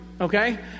okay